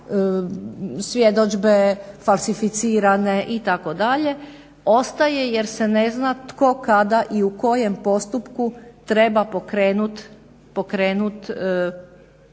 svjedodžbe falsificirane itd. ostaje jer se ne zna tko, kada i u kojem postupku treba pokrenut